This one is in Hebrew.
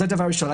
זה דבר ראשון.